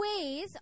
ways